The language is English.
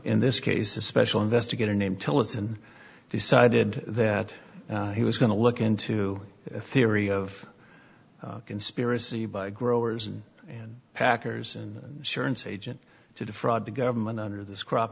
in this case a special investigator named tell us and decided that he was going to look into the theory of conspiracy by growers and packers and surance agent to defraud the government under this crop